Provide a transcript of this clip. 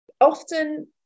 often